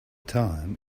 time